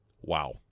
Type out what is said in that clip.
Wow